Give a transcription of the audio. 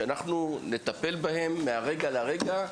שאנחנו נטפל בהם מהרגע להרגע,